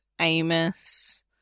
Amos